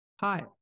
Hi